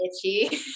itchy